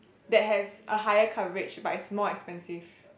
that has a higher coverage but it's more expensive